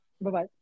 Bye-bye